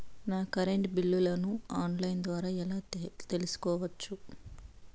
నా కరెంటు బిల్లులను online ద్వారా ఎలా తెలుసుకోవచ్చు?